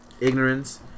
Ignorance